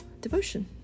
devotion